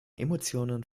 emotionen